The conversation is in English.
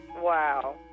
Wow